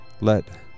Let